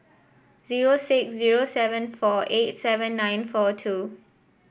zero six zero seven four eight seven nine four two